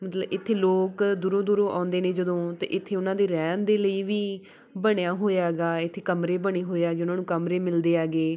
ਮਤਲਬ ਇੱਥੇ ਲੋਕ ਦੂਰੋਂ ਦੂਰੋਂ ਆਉਂਦੇ ਨੇ ਜਦੋਂ ਅਤੇ ਇੱਥੇ ਉਹਨਾਂ ਦੇ ਰਹਿਣ ਦੇ ਲਈ ਵੀ ਬਣਿਆ ਹੋਇਆ ਹੈਗਾ ਇੱਥੇ ਕਮਰੇ ਬਣੇ ਹੋਏ ਹੈਗੇ ਉਹਨਾਂ ਨੂੰ ਕਮਰੇ ਮਿਲਦੇ ਹੈਗੇ